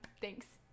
thanks